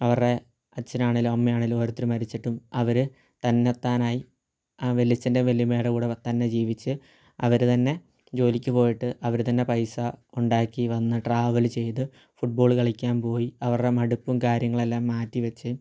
അവരുടെ അച്ഛനാണേലും അമ്മയാണേലും ഓരോരുത്തരു മരിച്ചിട്ടും അവർ തന്നെ താനായി ആ വലിയച്ഛൻ്റെ വല്യമ്മേടെ കൂടെ അവർ തന്നെ ജീവിച്ച് അവർ തന്നെ ജോലിക്ക് പോയിട്ട് അവർ തന്നെ പൈസ ഉണ്ടാക്കി വന്ന് ട്രാവല് ചെയ്ത് ഫുട്ബോള് കളിക്കാൻ പോയി അവരുടെ മടുപ്പും കാര്യങ്ങളെല്ലാം മാറ്റിവെച്ച്